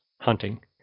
hunting